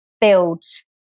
builds